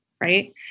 Right